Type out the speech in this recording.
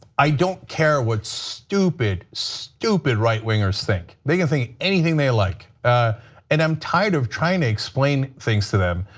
i don't care what stupid stupid right-wingers think. they can think anything they like and i am tired of trying to explain things to them.